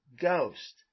Ghost